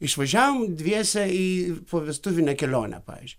išvažiavom dviese į povestuvinę kelionę pavyzdžiui